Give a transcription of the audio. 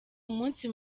umunsi